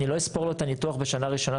אני לא אספור לו את הניתוח בשנה הראשונה